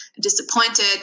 disappointed